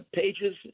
pages